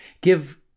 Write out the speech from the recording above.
Give